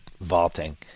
vaulting